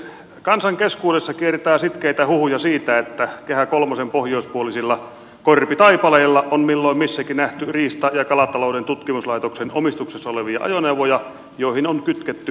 kansan keskuudessa kiertää sitkeitä huhuja siitä että kehä kolmosen pohjoispuolisilla korpitaipaleilla on milloin missäkin nähty riista ja kalatalouden tutkimuslaitoksen omistuksessa olevia ajoneuvoja joihin on kytketty perävaunu